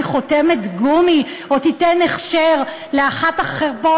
חותמת גומי או תיתן הכשר לאחת החרפות,